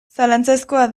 zalantzazkoa